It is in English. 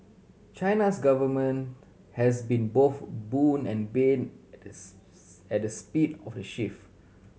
China's government has been both boon and bane the speed of the shift